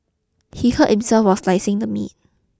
he hurt himself while slicing the meat